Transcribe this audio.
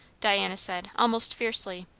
diana said almost fiercely.